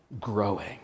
growing